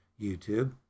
YouTube